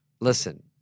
Listen